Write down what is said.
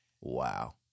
Wow